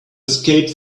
escaped